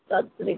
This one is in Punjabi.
ਸਤਿ ਸ਼੍ਰੀ